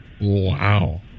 Wow